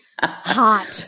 Hot